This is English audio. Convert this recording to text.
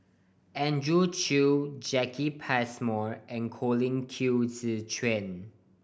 Andrew Chew Jacki Passmore and Colin Qi Zhe Quan